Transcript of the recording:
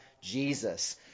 Jesus